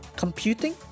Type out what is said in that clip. Computing